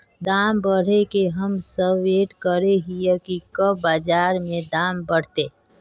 दाम बढ़े के हम सब वैट करे हिये की कब बाजार में दाम बढ़ते?